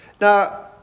Now